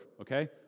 okay